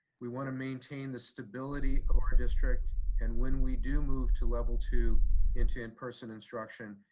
we wanna maintain the stability of our district. and when we do move to level two into in-person instruction,